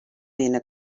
ayına